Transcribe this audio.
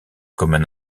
commun